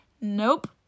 Nope